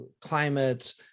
Climate